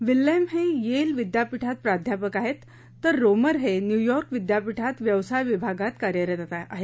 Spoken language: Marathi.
विल्यम हे येल विद्यापीठात प्राध्यापक आहेत तर रोमर हे न्यूयॉर्क विद्यापीठात व्यवसाय विभागात कार्यरत आहेत